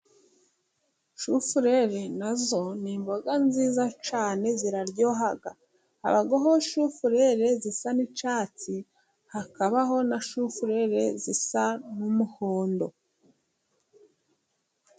Shufurere nazo ni imboga nziza cyane ziraryoha. Habaho shufurera zisa n'icyatsi hakabaho na shufurera zisa n'umuhondo.